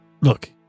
Look